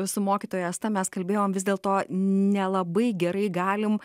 su mokytoja asta mes kalbėjom vis dėlto nelabai gerai galim